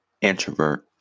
introvert